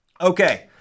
Okay